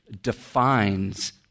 defines